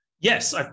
Yes